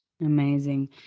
Amazing